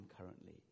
currently